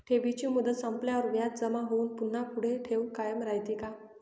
ठेवीची मुदत संपल्यावर व्याज जमा होऊन पुन्हा पुढे ठेव कायम राहते का?